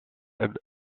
and